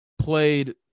played